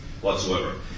whatsoever